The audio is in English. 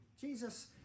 Jesus